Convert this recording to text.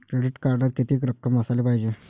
Credit कार्डात कितीक रक्कम असाले पायजे?